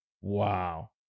Wow